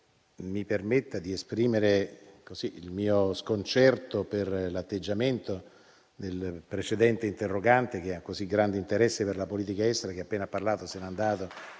mi permetta di esprimere il mio sconcerto per l'atteggiamento del precedente interrogante che ha così grande interesse per la politica estera che, appena ha parlato, se ne è andato